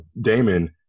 Damon